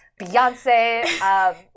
Beyonce